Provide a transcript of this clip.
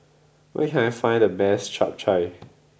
where can I find the best Chap Chai